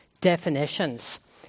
definitions